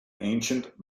ancient